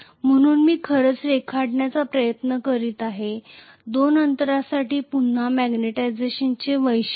म्हणून मी खरंच रेखाटण्याचा प्रयत्न केल्यास या दोन अंतरासाठी पुन्हा मॅग्निटायझेशन वैशिष्ट्ये